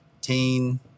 Teen